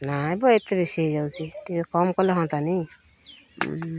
ନାହିଁ ପୁଅ ଏତେ ବେଶୀ ହୋଇଯାଉଛି ଟିକେ କମ୍ କଲେ ହୁଅନ୍ତାନି